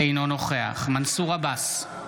אינו נוכח מנסור עבאס,